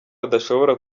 adashobora